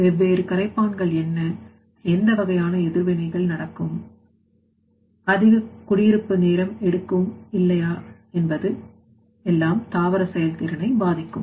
வெவ்வேறு கரைப்பான்கள் என்ன எந்த வகையான எதிர்வினைகள் நடக்கும் இது அதிக குடியிருப்பு நேரம் எடுக்கும் இல்லையா என்பது எல்லாம் தாவர செயல்திறனை பாதிக்கும்